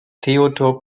theodor